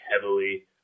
heavily